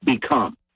become